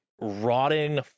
rotting